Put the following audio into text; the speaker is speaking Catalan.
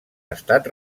estat